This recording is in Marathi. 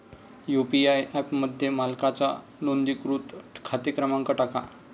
यू.पी.आय ॲपमध्ये मालकाचा नोंदणीकृत खाते क्रमांक टाका